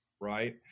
Right